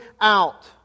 out